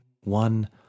one